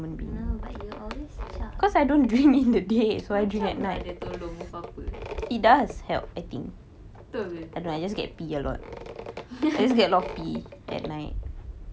no but you always chug macam lah dia tolong apa-apa betul ke